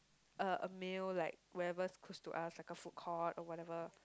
uh a meal like wherever is close to us like a food court or whatever